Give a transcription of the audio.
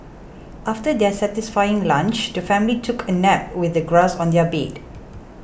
after their satisfying lunch the family took a nap with the grass on their bed